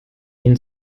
ihnen